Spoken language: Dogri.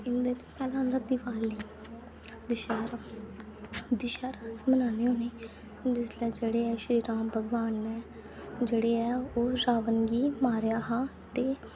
दिवाली दशैहरा दशाहरा अस मनाने होन्ने जिसलै जेह्ड़े श्री राम भगवान न जेह्ड़े ऐ ओह् रावण गी मारेआ हा ते